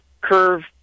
curve